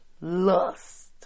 lust